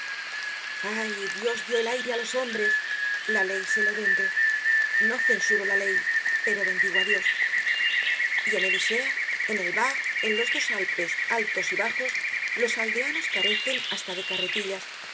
ay dios dió el aire á los hombres la ley se lo vende no censuro la ley pero bendigo á dios en el isére en el var en los dos alpes altos y bajos los aldeanos carecen hasta de carretillas